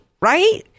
Right